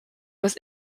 was